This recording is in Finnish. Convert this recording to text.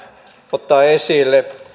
ottaa esille